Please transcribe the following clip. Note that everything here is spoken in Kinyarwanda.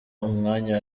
umwanya